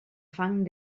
fang